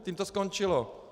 Tím to skončilo.